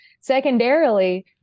Secondarily